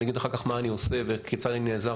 אני אגיד אחר כך מה אני עושה וכיצד אני נעזר